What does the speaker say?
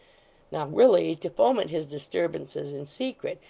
now really, to foment his disturbances in secret,